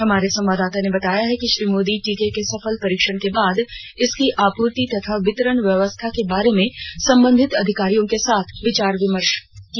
हमारे संवाददाता ने बताया है कि श्री मोदी टीके के सफल परीक्षण के बाद इसकी आपूर्ति तथा वितरण व्यवस्था के बारे में संबंधित अधिकारियों के साथ विचार विमर्श किया